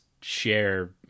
share